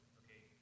okay